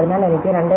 അതിനാൽ എനിക്ക് 2